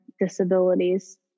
disabilities